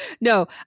No